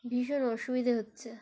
ভীষণ অসুবিধে হচ্ছে